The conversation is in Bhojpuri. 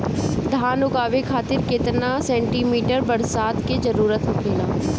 धान उगावे खातिर केतना सेंटीमीटर बरसात के जरूरत होखेला?